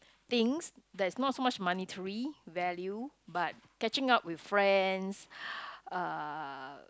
things that is not so much monetary value but catching up with friends uh